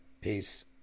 Peace